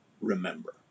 remember